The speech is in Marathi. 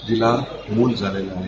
जिला मुल झालेलं आहे